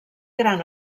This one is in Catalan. gran